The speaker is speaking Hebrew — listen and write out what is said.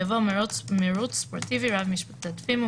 יבוא ״מירוץ ספורטיבי רב-משתתפים",